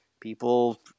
people